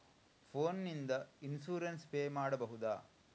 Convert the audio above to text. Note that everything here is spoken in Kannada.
ಫೋನ್ ನಿಂದ ಇನ್ಸೂರೆನ್ಸ್ ಪೇ ಮಾಡಬಹುದ?